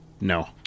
No